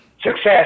success